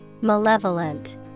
Malevolent